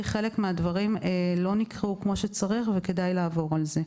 חלק מהדברים לא נקראו כמו שצריך וכדאי לעבור על זה.